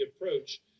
approach